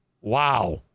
Wow